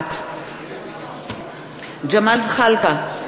נוכחת ג'מאל זחאלקה,